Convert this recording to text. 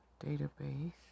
database